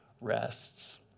rests